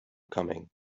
coming